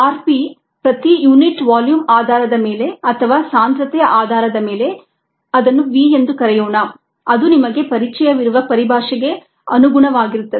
rP vm SKmSV where vm k3 Et r P ಪ್ರತಿ unit volume ಆಧಾರದ ಮೇಲೆ ಅಥವಾ ಸಾಂದ್ರತೆಯ ಆಧಾರದ ಮೇಲೆ ಅದನ್ನು v ಎಂದು ಕರೆಯೋಣ ಅದು ನಿಮಗೆ ಪರಿಚಯವಿರುವ ಪರಿಭಾಷೆಗೆ ಅನುಗುಣವಾಗಿರುತ್ತದೆ